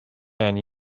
and